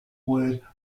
word